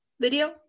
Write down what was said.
video